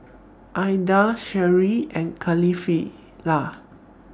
Ahad Syirah and Kefli